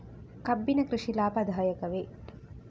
ಕಬ್ಬಿನ ಕೃಷಿ ಲಾಭದಾಯಕವೇ?